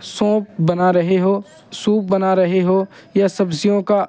soup بنا رہے ہو سوپ بنا رہے ہوں یا سبزیوں کا